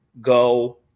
go